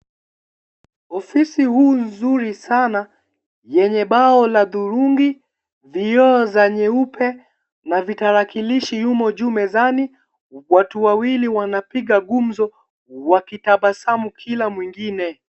Ofisi huu nzuri sana yenye bao na dhurungi, vioo vya nyeupe na vitarakilishi vimo juu mezani. Watu wawili wanapiga gumzo wakitabasamu kila mwingine.